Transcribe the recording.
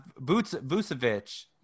Vucevic